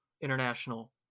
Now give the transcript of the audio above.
international